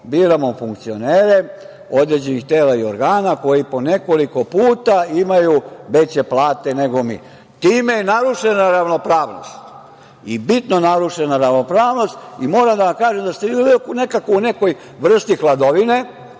biramo funkcionere određenih tela i organa koji po nekoliko puta imaju veće plate nego mi. Time je narušena ravnopravnost i bitno narušena ravnopravnost i moram da vam kažem da ste vi uvek u nekoj vrsti hladovine,